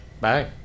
Bye